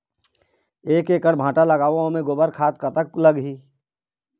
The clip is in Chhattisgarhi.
एक एकड़ भांटा लगाबो ओमे गोबर खाद कतक लगही?